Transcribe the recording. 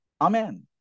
Amen